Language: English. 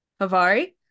Havari